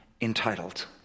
entitled